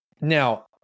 now